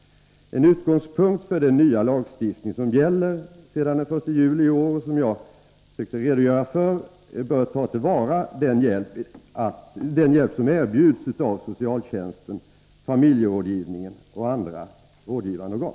En utgångspunkt för den nya lag som gäller fr.o.m. den 1 juli i år och som jag redogjorde för är att ta till vara den hjälp som erbjuds av socialtjänsten, familjerådgivningen och andra rådgivande organ.